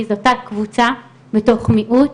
כי זה תת קבוצה מתוך מיעוט.